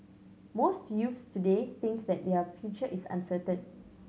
most youths today think that their future is uncertain